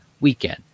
weekend